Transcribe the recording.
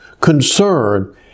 concern